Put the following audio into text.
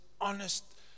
honest